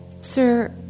Sir